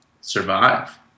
survive